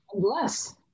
Bless